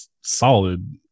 solid